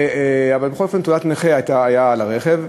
אבל בכל אופן תעודת נכה הייתה על הרכב,